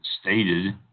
stated